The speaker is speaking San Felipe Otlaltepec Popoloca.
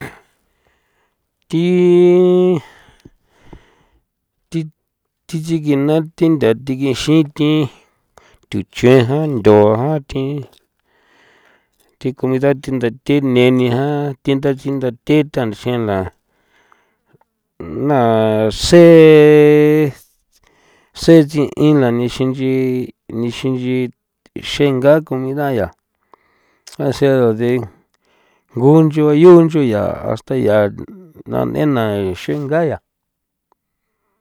thi thi thi tsigina thi ntha thigixin thi thuchjuin jan ntho jan thi thi comida thi ndathe neni jan thi ntha sindathe than xela na se setsin ila nixinchi nixinchi xengaa comida ya asea de guncho yu ncho yaa hasta 'ia na n'ena xingaya.